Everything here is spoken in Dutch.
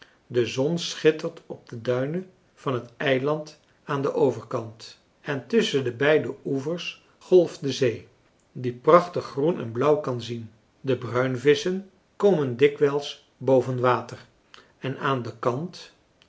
de zon schittert op de duinen van het eiland aan den overkant en tusschen de beide oevers golft de zee die prachtig groen en blauw kan zien de bruinvisschen komen dikwijls boven water en aan den kant